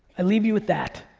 i'll leave you with that.